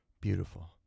Beautiful